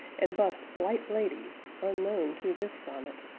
and bussed light ladies, unknown to this sonnet,